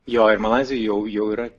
jo ir malaizija jau jau yra